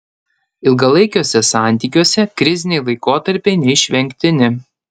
ilgalaikiuose santykiuose kriziniai laikotarpiai neišvengtini